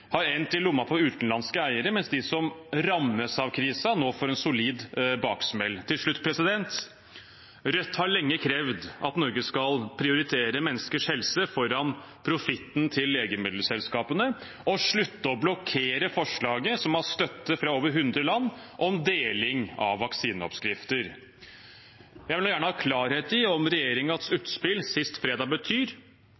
har endt i lomma på utenlandske eiere, mens de som rammes av krisen, nå får en solid baksmell. Til slutt: Rødt har lenge krevd at Norge skal prioritere menneskers helse foran profitten til legemiddelselskapene og slutte å blokkere forslaget som har støtte fra over hundre land, om deling av vaksineoppskrifter. Jeg vil gjerne ha klarhet i om